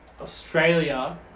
Australia